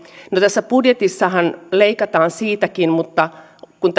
no tässä budjetissahan leikataan siitäkin mutta kun